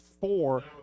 four